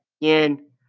again